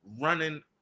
running